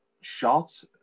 shot